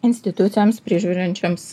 institucijoms prižiūrinčioms